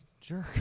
jerk